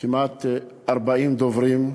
כמעט 40 דוברים.